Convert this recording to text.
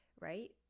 right